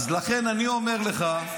אז לכן אני אומר לך,